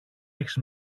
έχεις